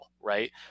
right